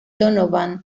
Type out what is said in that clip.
donovan